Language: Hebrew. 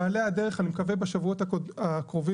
במעלה הדרך, אני מקווה בשבועות הקרובים.